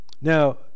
now